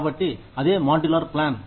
కాబట్టి అదే modular plan